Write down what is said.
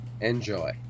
Enjoy